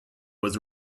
was